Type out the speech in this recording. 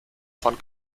von